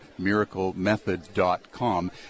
miraclemethod.com